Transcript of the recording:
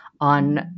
on